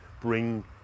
bring